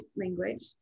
language